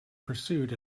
pursued